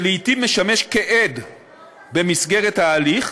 שלעיתים משמש עד במסגרת ההליך,